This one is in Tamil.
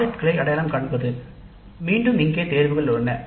திட்டங்களை அடையாளம் காண்பது மீண்டும் இங்கே தேர்வுகள் உள்ளன